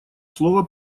слово